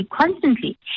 constantly